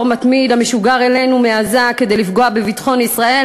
מתמיד המשוגר אלינו מעזה כדי לפגוע בביטחון ישראל,